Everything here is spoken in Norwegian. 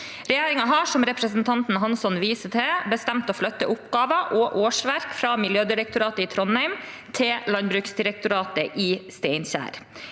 Regjeringen har, som representanten Hansson viser til, bestemt å flytte oppgaver og årsverk fra Miljødirektoratet i Trondheim til Landbruksdirektoratet i Steinkjer.